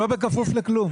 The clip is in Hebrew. לא בכפוף לכלום.